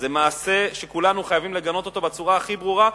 זה מעשה שכולנו חייבים לגנות אותו בצורה הכי ברורה,